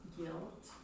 guilt